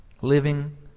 living